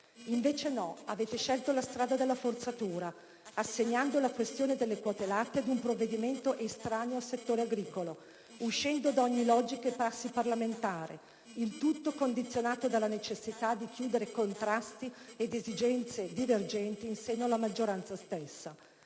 Invece no. Avete scelto la strada della forzatura, assegnando la questione delle quote-latte ad un provvedimento estraneo al settore agricolo, uscendo da ogni logica e prassi parlamentare, il tutto condizionato dalla necessità di chiudere contrasti ed esigenze divergenti in seno alla maggioranza stessa.